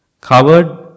covered